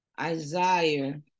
Isaiah